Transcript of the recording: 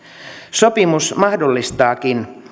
sopimus mahdollistaakin